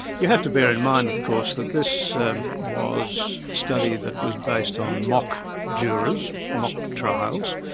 you have to bear in mind of course that this was a study that was based on mock jurors, mock trials.